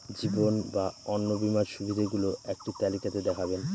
জীবন বা অন্ন বীমার সুবিধে গুলো একটি তালিকা তে দেখাবেন?